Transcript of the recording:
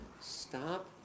stop